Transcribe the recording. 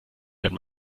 wenn